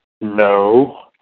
No